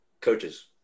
coaches –